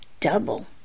double